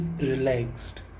relaxed